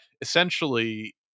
essentially